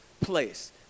place